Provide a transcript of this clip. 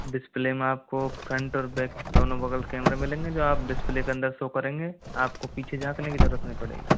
display में आप को फ़्रंट और बैक दोनों बगल कमेरे मिलेगें जो आप डिस्प्ले के अंदर शो करेंगे आप को पीछे झाँकने कि ज़रूरत नहीं पड़ेगी